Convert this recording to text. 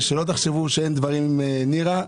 אז שלא תחשבו שאין דברים עם נירה,